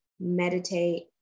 meditate